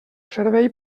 servei